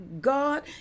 God